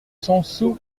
sansu